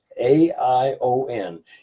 A-I-O-N